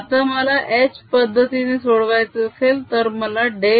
आता मला h पद्धतीने सोडवायचे असेल तर मला डेल